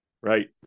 right